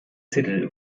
titel